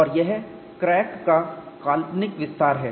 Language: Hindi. और यह क्रैक का काल्पनिक विस्तार है